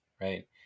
right